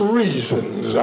reasons